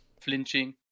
flinching